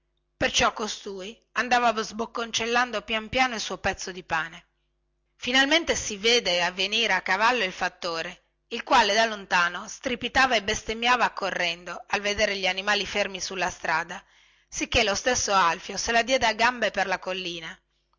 perciò costui andava sbocconcellando pian piano il suo pezzo di pane finalmente si vede venire a cavallo il fattore il quale da lontano strepitava e bestemmiava accorrendo al vedere gli animali fermi sulla strada sicchè lo stesso alfio se la diede a gambe per la collina